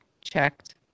checked